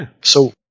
So-